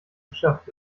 geschafft